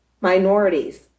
minorities